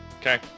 Okay